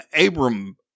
Abram